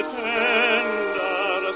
tender